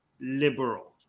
liberal